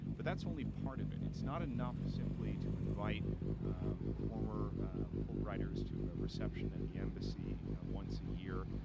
but that's only part of it. it's not enough simply to invite former fulbrighters to a reception at the embassy once a year,